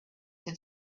had